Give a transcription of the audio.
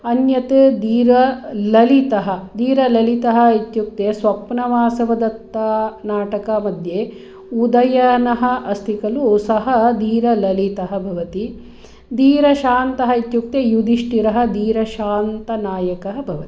अन्यत् धीरललितः धीरललितः इत्युक्ते स्वप्नवासवदत्तानाटकमध्ये उदयनः अस्ति खलु सः धीरललितः भवति धीरशान्तः इत्युक्ते युधिष्ठिरः धीरशान्तनायकः भवति